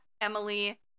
Emily